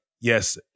yes